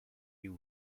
you